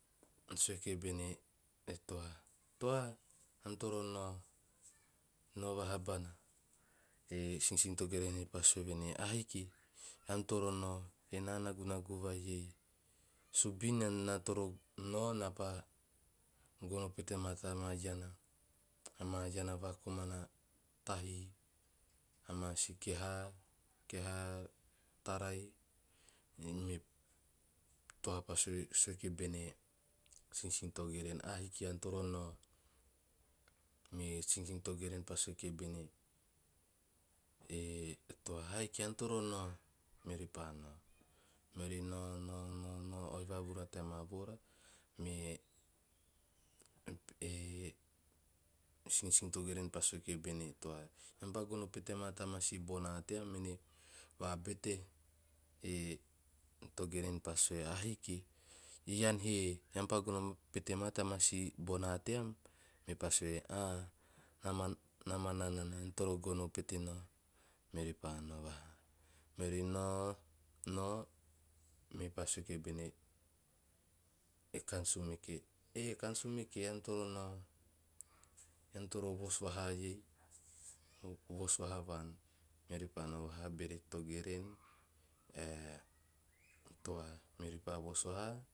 Sue kibene e toa, "toa eam toro nao, nao vahabana." E sinsin togeren he pa sue venei, "ahiki ean toro nao ena nagunagu vai iei." Subin na toro nao napa gono pete moa tama iana, ama iana va komana tahii ama si kehaa- kehaa, tarai. Me toa pa sue kibene sinsin togeren, "ahiki ean toro nao." Me sinsin togeren pa sue kibene e toa, "haiki ean toro nao, meori paa nao." Meori nao nao nao nao nao oi vavura tea maa voora. Me e sinsin togeren pa sue kibene toa, 'eam pa gono pete maa tamaa si bonaa team mene vabete." Sinsin togeren pa sue "ahiki ean he, ean paa gono mau pete maa tamaa si bonaa tean?" Mepaa sue, "ah na manam nana ean toro gono pete nao." Me paa nao vaha meori nao nao meori pa sue kibene e kaan sumeke, "ean toro nao, ean toro voos vahaa iei voos vahaa vaan." Meori pa nao vaha bere togeren ae toa, meori pa voos vaha